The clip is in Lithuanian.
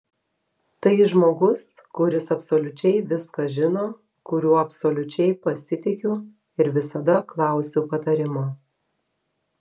tai žmogus kuris absoliučiai viską žino kuriuo absoliučiai pasitikiu ir visada klausiu patarimo